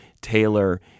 Taylor